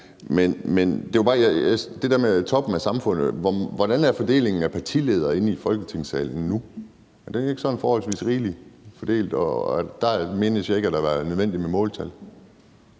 til det med toppen af samfundet, hvordan er fordelingen så af partiledere i Folketingssalen nu? Er den ikke sådan forholdsvis rimelig? Og der mindes jeg ikke, at det har været nødvendigt med måltal.